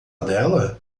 dela